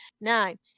nine